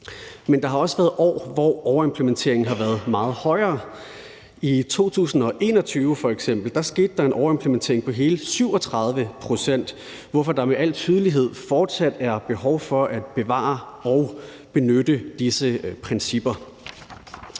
Men der har også været år, hvor overimplementeringen har været meget højere. I 2021 skete der f.eks. en overimplementering på hele 37 pct., hvorfor der med al tydelighed fortsat er et behov for at bevare og benytte disse principper.